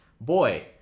boy